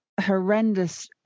horrendous